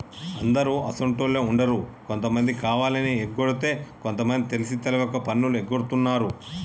అందరు అసోంటోళ్ళు ఉండరు కొంతమంది కావాలని ఎగకొడితే కొంత మంది తెలిసి తెలవక పన్నులు ఎగగొడుతున్నారు